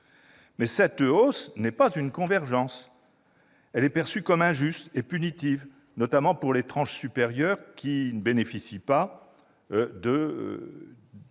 Mais cette hausse n'est pas une convergence ; elle est perçue comme injuste et punitive, notamment pour les tranches supérieures, lesquelles ne bénéficieront d'aucune